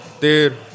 dude